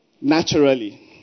Naturally